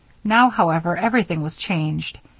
now, however, everything was changed.